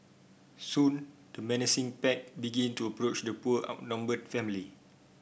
soon the menacing pack begin to approach the poor outnumbered family